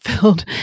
filled